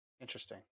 Interesting